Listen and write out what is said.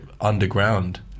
underground